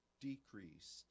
decreased